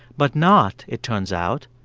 but not, it turns out,